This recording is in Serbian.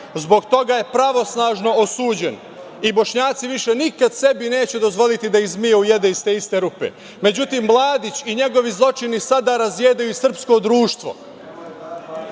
Zbog toga je pravosnažno osuđen i Bošnjaci više nikad sebi neće dozvoliti da ih zmija ujede iz te iste rupe.Međutim, Mladić i njegovi zločini sada razjedaju srpsko društvo